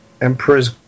Emperor's